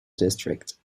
district